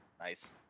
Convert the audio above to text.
nice